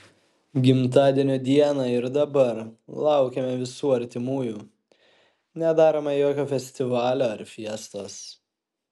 gimtadienio dieną ir dabar laukiame visų artimųjų nedarome jokio festivalio ar fiestos